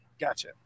Gotcha